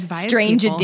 strange